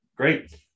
Great